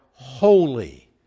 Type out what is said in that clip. holy